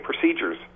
procedures